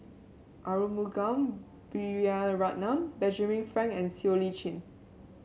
Arumugam Vijiaratnam Benjamin Frank and Siow Lee Chin